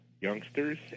youngsters